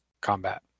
combat